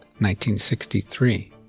1963